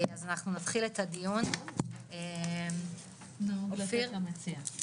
אז אנחנו נתחיל את הדיון, אופיר בבקשה.